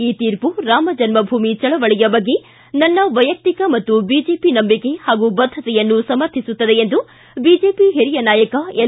ಈ ತೀರ್ಪು ರಾಮಜನ್ಮಭೂಮಿ ಚಳವಳಿಯ ಬಗ್ಗೆ ನನ್ನ ವೈಯಕ್ತಿಕ ಮತ್ತು ಬಿಜೆಪಿ ನಂಬಿಕೆ ಹಾಗೂ ಬದ್ದತೆಯನ್ನು ಸಮರ್ಥಿಸುತ್ತದೆ ಎಂದು ಬಿಜೆಪಿ ಹಿರಿಯ ನಾಯಕ ಎಲ್